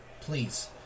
please